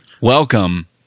welcome